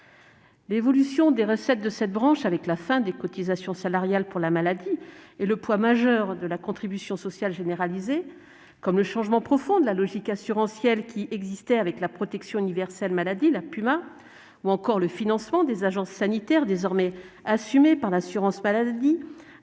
L'évolution des recettes de cette branche- avec la fin des cotisations salariales pour la maladie et le poids majeur de la contribution sociale généralisée -, le changement profond de la logique assurantielle qui prévalait avec la protection universelle maladie (PUMa), ainsi que le financement des agences sanitaires par l'assurance maladie